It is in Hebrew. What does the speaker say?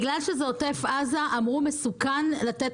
בגלל שזה עוטף עזה אמרו שזה מסוכן.